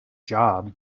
job